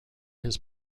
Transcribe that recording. his